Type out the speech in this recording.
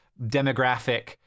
demographic